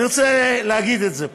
אני רוצה להגיד את זה פה: